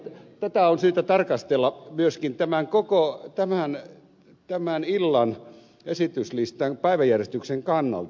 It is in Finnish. tätä on syytä tarkastella myöskin koko tämän illan päiväjärjestyksen kannalta